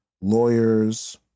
lawyers